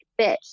bitch